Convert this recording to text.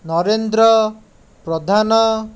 Narendra Pradhan